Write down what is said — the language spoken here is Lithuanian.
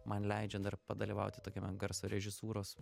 man leidžia dar padalyvauti tokiame garso režisūros